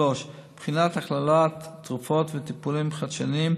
3. בחינת הכללת תרופות וטיפולים חדשניים